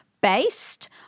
Based